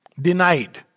denied